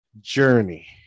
journey